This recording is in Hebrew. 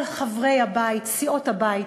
כל חברי הבית, סיעות הבית,